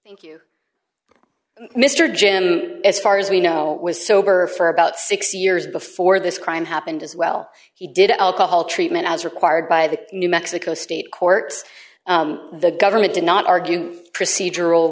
seated thank you thank you mr jim as far as we know was sober for about six years before this crime happened as well he did alcohol treatment as required by the new mexico state courts the government did not argue procedural